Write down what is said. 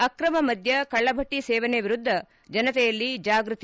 ಅಕ್ರಮ ಮದ್ದ ಕಳ್ಳಭಟ್ಟ ಸೇವನೆ ವಿರುದ್ಧ ಜನತೆಯಲ್ಲಿ ಜಾಗೃತಿ